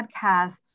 podcasts